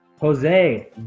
Jose